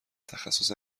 تخصص